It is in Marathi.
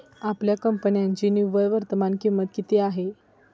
आपल्या कंपन्यांची निव्वळ वर्तमान किंमत किती आहे?